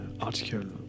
article